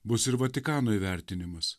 bus ir vatikano įvertinimas